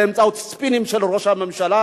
באמצעות ספינים של ראש הממשלה,